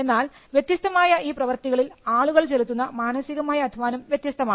എന്നാൽ വ്യത്യസ്തമായ ഈ പ്രവർത്തികളിൽ ആളുകൾ ചെലുത്തുന്ന മാനസികമായ അധ്വാനം വ്യത്യസ്തമാണ്